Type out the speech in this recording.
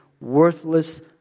worthless